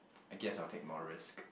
I guess I'll take more risk